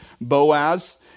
Boaz